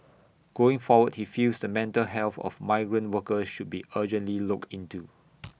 going forward he feels the mental health of migrant workers should be urgently looked into